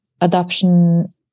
adoption